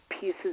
pieces